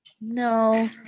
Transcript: No